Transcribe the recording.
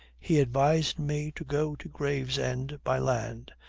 he advised me to go to gravesend by land,